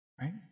Right